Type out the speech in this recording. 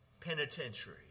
Penitentiary